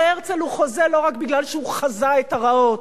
הרי הרצל הוא חוזה לא רק משום שהוא חזה את הרעות,